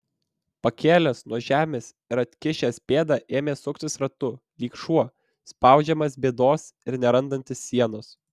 pakėlęs nuo žemės ir atkišęs pėdą ėmė suktis ratu lyg šuo spaudžiamas bėdos ir nerandantis sienos